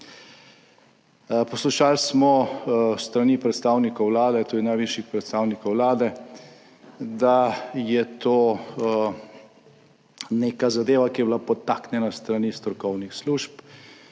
Poslušali smo s strani predstavnikov Vlade, tudi najvišjih predstavnikov Vlade, da je to neka zadeva, ki je bila podtaknjena s strani strokovnih služb,